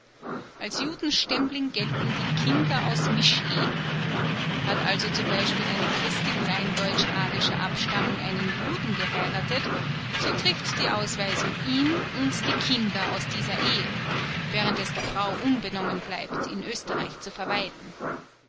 als judenstämmling gelten die kinder aus mischehen hat also zum beispiel eine christin rein deutscharischer abstammung einen juden geheiratet so trifft die ausweisung ihn und die kinder aus dieser ehe während es der frau unbenommen bleibt in oesterreich zu verweilen